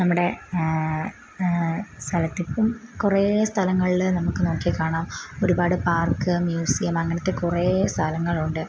നമ്മുടെ സ്ഥലത്തിപ്പം കുറെ സ്ഥലങ്ങളില് നമുക്ക് നോക്കിയാൽ കാണാം ഒരുപാട് പാർക്ക് മ്യൂസിയം അങ്ങനത്തെ കുറെ സ്ഥലങ്ങളുണ്ട്